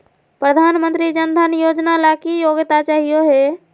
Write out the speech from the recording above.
प्रधानमंत्री जन धन योजना ला की योग्यता चाहियो हे?